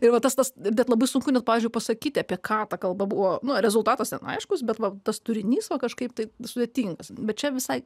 tai va tas vat bet labai sunku nes pavyzdžiui pasakyti apie ką ta kalba buvo nu rezultatas ten aiškus bet va tas turinys va kažkaip tai sudėtingas bet čia visai